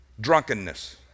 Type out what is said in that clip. drunkenness